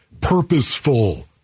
purposeful